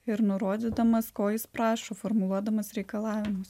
ir nurodydamas ko jis prašo formuluodamas reikalavimus